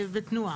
ותנועה.